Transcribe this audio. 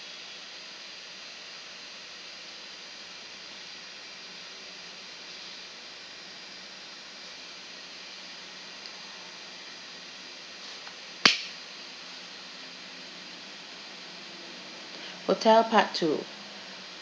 hotel part two